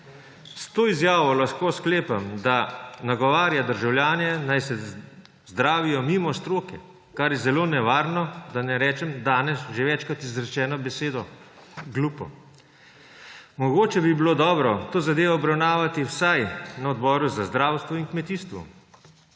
S to izjavo lahko sklepam, da nagovarja državljane, naj se zdravijo mimo stroke, kar je zelo nevarno, da ne rečem danes že večkrat izrečene besede – glupo. Mogoče bi bilo dobro to zadevo obravnavati vsaj na odborih za zdravstvo in kmetijstvo.